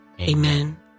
Amen